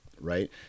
right